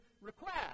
request